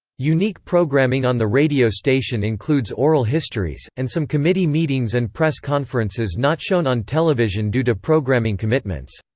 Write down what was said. unique programming on the radio station includes oral histories, and some committee meetings and press conferences not shown on television due to programming commitments.